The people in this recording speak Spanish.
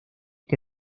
que